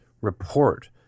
report